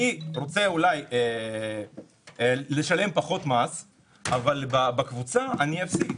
אני רוצה אולי לשלם פחות מס אבל בקבוצה אני אפסיד.